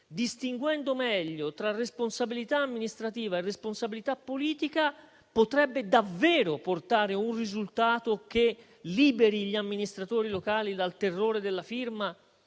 distinguendo meglio tra responsabilità amministrativa e responsabilità politica, potrebbe davvero portare a un risultato che liberi gli amministratori locali dal terrore della firma